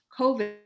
COVID